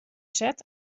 set